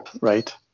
right